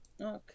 Okay